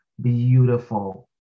beautiful